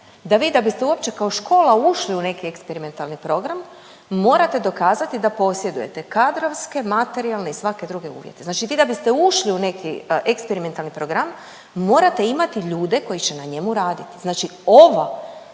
da vi da biste kao škola ušli u neki eksperimentalni program morate dokazati da posjedujete kadrovske, materijalne i svake druge uvjete. Znači vi da biste ušli u neki eksperimentalni program morate imati ljude koji će na njemu raditi. Znači ova